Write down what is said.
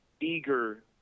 eager